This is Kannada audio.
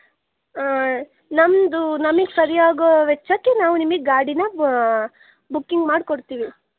ನಮ್ಮದು ನಮಗೆ ಸರಿಯಾಗೋ ವೆಚ್ಚಕ್ಕೆ ನಾವು ನಿಮಗೆ ಗಾಡಿನ ಬುಕಿಂಗ್ ಮಾಡಿಕೊಡ್ತೀವಿ